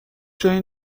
جایی